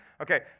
Okay